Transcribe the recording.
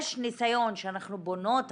יש ניסיון שאנחנו בונות עליו,